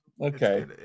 okay